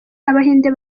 abahinde